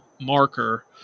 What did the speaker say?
marker